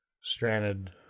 stranded